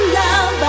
love